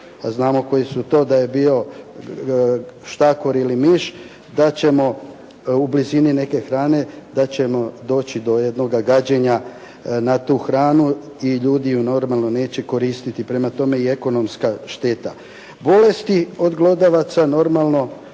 a znamo koji su to da je bio štakor ili miš u blizini neke hrane da ćemo doći do jednoga gađenja na tu hranu i ljudi ju, normalno neće koristiti, prema tome i ekonomska šteta. Bolesti od glodavaca, normalno